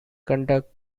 conducts